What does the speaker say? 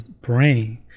brain